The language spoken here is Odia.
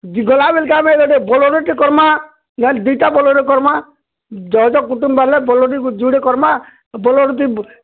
ଗଲାବେଲ୍କେ ଆମେ ଗୁଟେ ବୋଲରଟେ କର୍ମାଁ ନହେଲେ ଦିଇଟା ବୋଲର୍ କର୍ମାଁ ଯୋଡ଼େ ତ କୁଟୁମ୍ ବାହାରଲେ ବୋଲର୍ ବି ଯୁଡ଼େ କର୍ମାଁ ବୋଲର୍